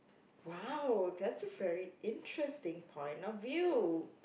!wow! that's a very interesting point of view